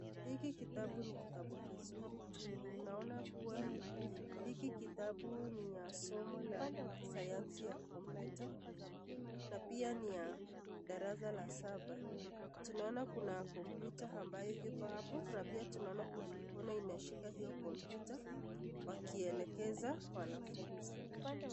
Hiki kitabu ni kitabu kizuri juu naona kuwa hiki kitabu ni ya somo la sayansi ya kompyuta na pia ni ya darasa la saba tunaona kuna kompyuta ambayo iko hapo na pia tunaona kuna mkono iimeshika hiyo kompyuta wakielekeza wanafunzi.